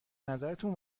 نظرتون